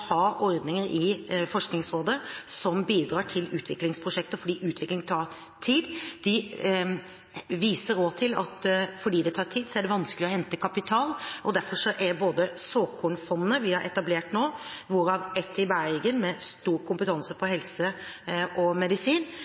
ha ordninger i Forskningsrådet som bidrar til utviklingsprosjekter, fordi utvikling tar tid. De viser også til at fordi det tar tid, er det vanskelig å hente kapital, og derfor er både såkornfondet vi har etablert nå – hvorav et i Bergen med stor kompetanse på helse og medisin